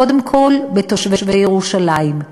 קודם כול בתושבי ירושלים,